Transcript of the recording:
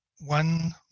one